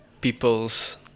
people's